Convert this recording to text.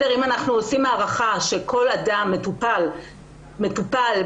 אם עושים הערכה שכל אדם מטופל כשנה